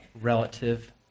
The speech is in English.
relative